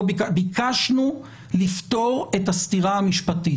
ביקשנו לפתור את הסתירה המשפטית.